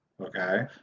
okay